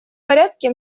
порядке